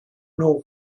know